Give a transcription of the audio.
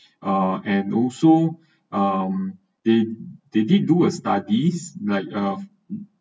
ah and also um they they did do a studies like of